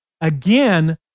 again